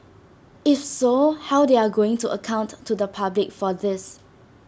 if so how they are going to account to the public for this